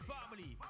Family